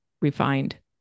refined